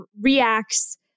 reacts